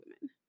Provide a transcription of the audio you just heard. women